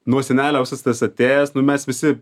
nuo senelio visas tas atėjęs nu mes visi